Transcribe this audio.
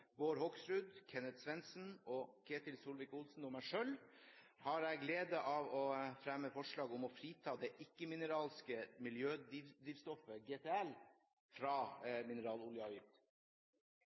Bård Hoksrud, Kenneth Svendsen, Ketil Solvik-Olsen og meg selv har jeg gleden av å fremme forslag om å frita det ikke-mineralske miljødrivstoffet GTL fra